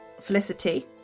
Felicity